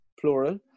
plural